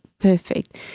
Perfect